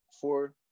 four